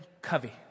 Covey